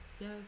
Yes